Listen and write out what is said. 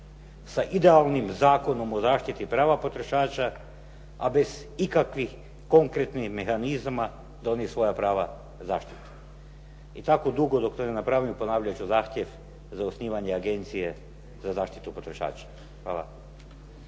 sa idealnim Zakonom o zaštiti prava potrošača, a bez ikakvih konkretnih mehanizama da oni svoja prava zaštite. I tako dugo dok to ne napravim ponavljat ću Zahtjev za osnivanje Agencije za zaštitu potrošača. Hvala.